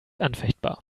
anfechtbar